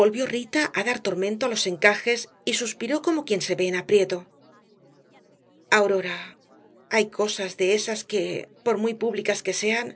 volvió rita á dar tormento á los encajes y suspiró como quien se ve en aprieto aurora hay cosas de esas que que por muy públicas que sean